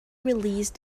released